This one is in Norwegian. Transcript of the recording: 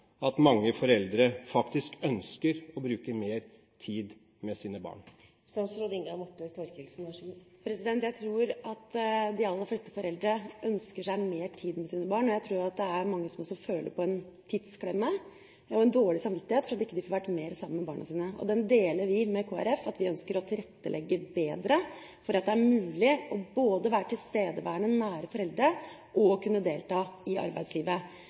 at mange foreldre faktisk ønsker å bruke mer tid med sine barn? Jeg tror de aller fleste foreldre ønsker seg mer tid med sine barn, og jeg tror at det er mange som også føler på en tidsklemme og en dårlig samvittighet for at de ikke får vært mer sammen med barna. Det deler vi med Kristelig Folkeparti; vi ønsker å tilrettelegge bedre for at det er mulig både å være tilstedeværende, nære foreldre og å kunne delta i arbeidslivet.